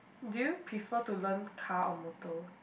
do you prefer to learn car or motor